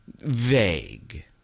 Vague